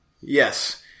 Yes